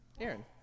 Aaron